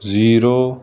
zero